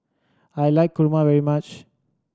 I like kurma very much